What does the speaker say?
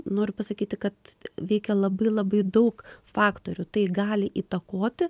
noriu pasakyti kad veikia labai labai daug faktorių tai gali įtakoti